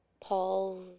Paul